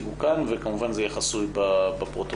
וכמובן שזה יהיה חסוי בפרוטוקול.